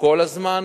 כל הזמן,